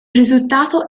risultato